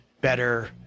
better